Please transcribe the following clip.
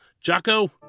Jocko